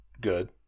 good